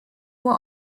nur